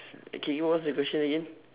can you ask that question again